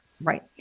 Right